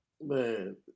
Man